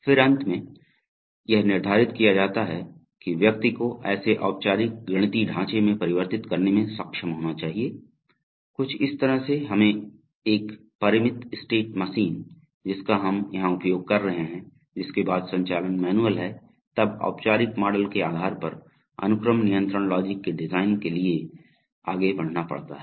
फिर अंत में यह निर्धारित किया जाता है कि व्यक्ति को इसे औपचारिक गणितीय ढांचे में परिवर्तित करने में सक्षम होना चाहिए कुछ इस तरह से हमें एक परिमित स्टेट मशीन जिसका हम यहां उपयोग कर रहे हैं जिसके बाद संचालन मैनुअल है तब औपचारिक मॉडल के आधार पर अनुक्रम नियंत्रण लॉजिक के डिजाइन के लिए के लिए आगे बढ़ाना पड़ता है